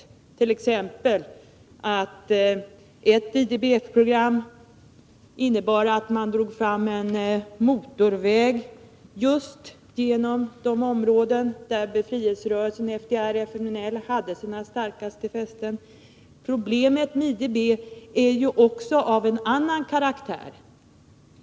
Ett IDB-program innebar t.ex. att man drog fram en motorväg genom just de områden där befrielserörelsen FDR/FMNL hade sina starkaste fästen. Problemet med IDB är också av en annan karaktär.